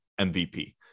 MVP